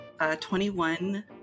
21